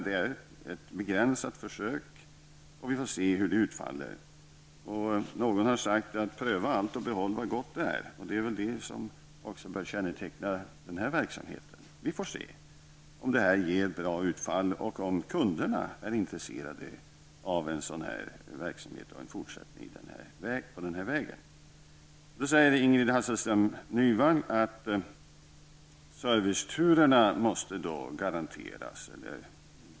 Det är ett begränsat försök och vi får se hur det utfaller. Någon har sagt: Pröva allt och behåll vad gott är. Det är det som bör känneteckna den här verksamheten. Vi får se om det här ger ett bra utfall och om kunderna är intresserade av en fortsättning av en sådan här verksamhet. Ingrid Hasselström Nyvall säger att serviceturerna måste garanteras.